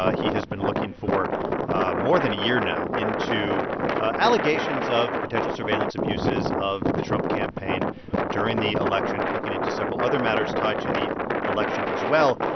ah he has been looking for more than a year now into allegations of potential surveillance abuses of the trump campaign during the election, looking into several other matters tied to the election as well.